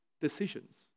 decisions